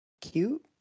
cute